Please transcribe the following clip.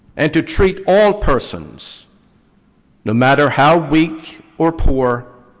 and to treat all persons no matter how weak or poor